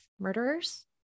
murderers